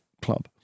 club